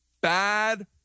Bad